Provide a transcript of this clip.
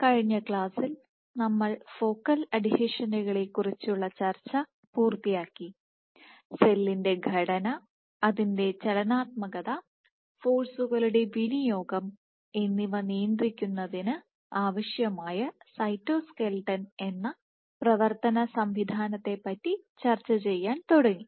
കഴിഞ്ഞ ക്ലാസ്സിൽ നമ്മൾ ഫോക്കൽ അഡ്ഹീഷനുകളെക്കുറിച്ചുള്ള ചർച്ച പൂർത്തിയാക്കി സെല്ലിന്റെ ഘടന അതിന്റെ ചലനാത്മകത ഫോഴ്സുകളുടെ വിനിയോഗം എന്നിവ നിയന്ത്രിക്കുന്നതിന് ആവശ്യമായ സൈറ്റോസ്ക്ലെട്ടൺ എന്ന പ്രവർത്തന സംവിധാനത്തിനെപ്പറ്റിചർച്ചചെയ്യാൻ തുടങ്ങി